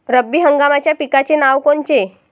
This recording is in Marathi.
रब्बी हंगामाच्या पिकाचे नावं कोनचे?